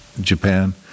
Japan